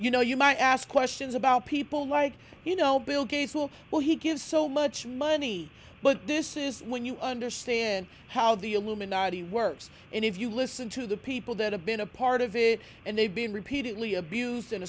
you know you might ask questions about people like you know bill gates well he gives so much money but this is when you understand how the illuminati works and if you listen to the people that have been a part of it and they've been repeatedly abused and